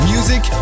Music